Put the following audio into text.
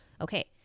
Okay